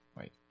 wait